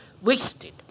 wasted